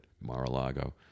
Mar-a-Lago